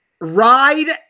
Ride